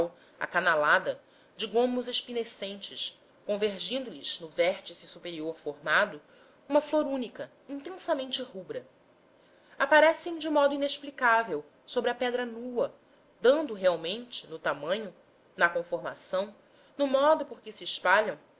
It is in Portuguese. acanalada de gomos espinescentes convergindo lhes no vértice superior formado por uma flor única intensamente rubra aparecem de modo inexplicável sobre a pedra nua dando realmente no tamanho na conformação no modo por que se espalham